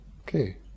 Okay